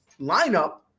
lineup